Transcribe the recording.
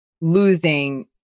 losing